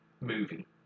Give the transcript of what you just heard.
...movie